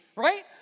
right